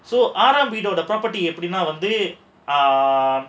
so other ஆறாம் வீடோட:aaram veedoda ah